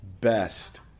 best